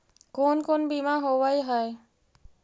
कोन कोन बिमा होवय है?